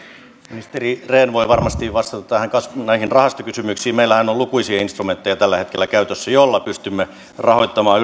ministeri rehn voi varmasti vastata näihin rahastokysymyksiin meillähän on lukuisia instrumentteja tällä hetkellä käytössä joilla pystymme rahoittamaan